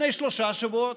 לפני שלושה שבועות?